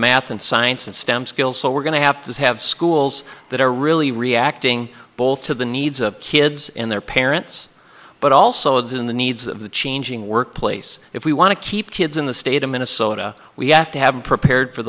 math and science and stem skills so we're going to have to have schools that are really reacting both to the needs of kids and their parents but also as in the needs of the changing workplace if we want to keep kids in the state of minnesota we have to have prepared for